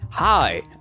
Hi